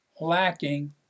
lacking